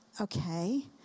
Okay